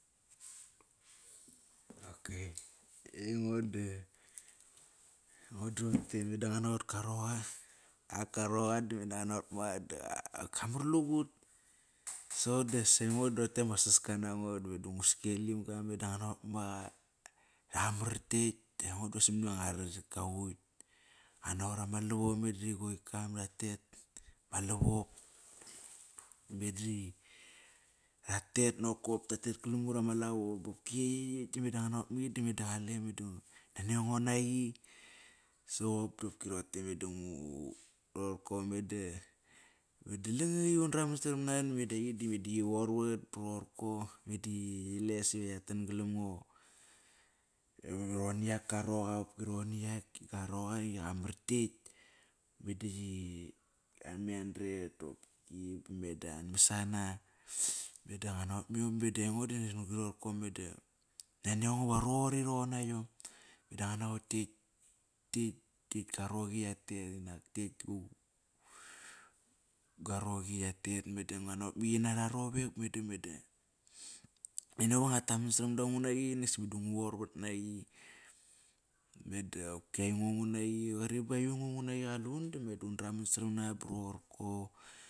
Aingo da meda nguat naqot go roqa. Ak go roqa ka mat lugut sop das aingo da roqot ama sas ka nango meda ngu skelim ga, meda ngut naqot maqa. Amar tekt da aingo. Nguat naqot ama lavop meda ri go ikam ra tet ma lavop. Meda ratet nakop ratet galam ut ama lavo bopki ekt, ekt meda nguat naqot maqi meda qale, media nani ango naqi. Soqop di roqote meda ngu roroko meda langakt udraman saram na meda qi meda qivorvat ba rorko. Meda qiles iva ya tan galam ngo va roqor na yak ga roqa iqamat ktekt. Meda nguat naqot miom meda aingo da ron-gri rorko meda nani ango va roqori roqor na iom. Meda ngu naqot ktiekt. gua roqi ya tet. Meda qi an me andret, qopki ba me da an masana Meda nguat naqot maqi ginara rovek. Naniango va ngu taman saram da ngua qi, meda dasi ngu varvat na qi. Meda qopki aingo ngu naqi qari ba aingo ngunaqi qalum meda undraman saram na ba rorko.